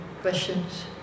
questions